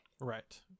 Right